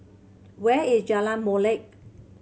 where is Jalan Molek